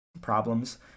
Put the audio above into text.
problems